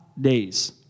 days